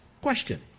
question